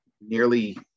nearly